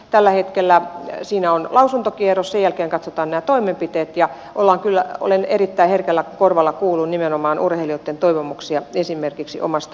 tällä hetkellä siinä on lausuntokierros sen jälkeen katsotaan toimenpiteet ja olen erittäin herkällä korvalla kuullut nimenomaan urheilijoitten toivomuksia esimerkiksi omasta eläkekassasta